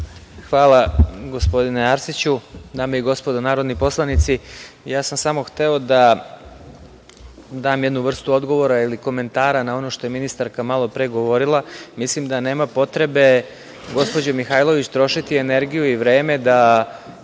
Hvala, gospodine Arsiću. Dame i gospodo narodni poslanici, ja sam samo hteo da dam jednu vrstu odgovora ili komentara na ono što je ministarka malo pre govorila. Mislim da nema potrebe, gospođo Mihajlović, trošiti energiju i vreme,